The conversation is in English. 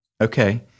Okay